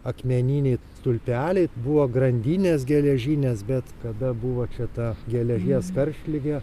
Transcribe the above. akmeniniai stulpeliai buvo grandinės geležinės bet kada buvo čia ta geležies karštligė